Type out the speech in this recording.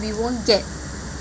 we won't get